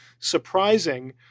surprising